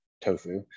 tofu